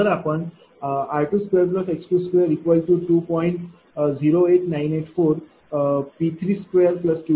जर आपण r22x22